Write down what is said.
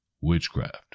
witchcraft